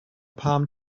palm